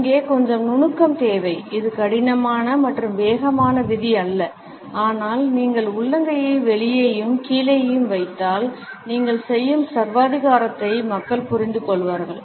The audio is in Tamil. இங்கே கொஞ்சம் நுணுக்கம் தேவை இது கடினமான மற்றும் வேகமான விதி அல்ல ஆனால் நீங்கள் உள்ளங்கையை வெளியேயும் கீழேயும் வைத்தால் நீங்கள் செய்யும் சர்வாதிகாரத்தை மக்கள் புரிந்துகொள்வார்கள்